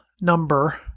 number